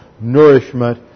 nourishment